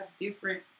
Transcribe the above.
different